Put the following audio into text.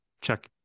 check